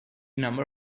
number